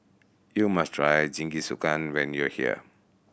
you must try Jingisukan when you are here